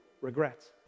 regrets